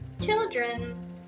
children